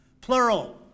plural